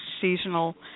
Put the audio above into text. seasonal